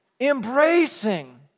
Embracing